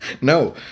No